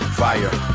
fire